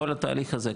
כל התהליך הזה,